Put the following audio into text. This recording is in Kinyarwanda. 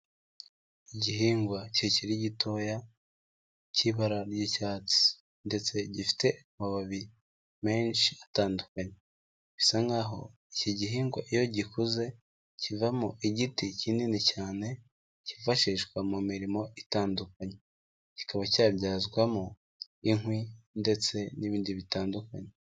Igihingwa kikiri gitoya cy'ibara ry'icyatsi ndetse gifite amababi menshi atandukanye, bisa nkaho iki gihingwa iyo gikuze kivamo igiti kinini cyane cyifashishwa mu mirimo itandukanye, kikaba cyabyazwamo inkwi ndetse n'ibindi bitandukanye.